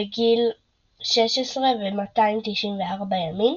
בגיל 16 ו-294 ימים,